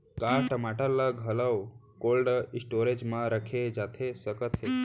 का टमाटर ला घलव कोल्ड स्टोरेज मा रखे जाथे सकत हे?